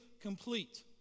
complete